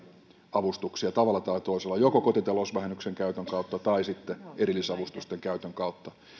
avustuksia tavalla tai toisella joko kotitalousvähennyksen käytön kautta tai sitten erillisavustusten käytön kautta